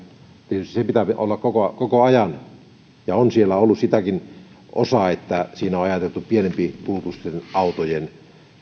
tietysti pitää olla koko koko ajan niin ja on siellä ollut sitäkin osaa että siinä on on ajateltu pienempikulutuksisten autojen